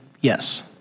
Yes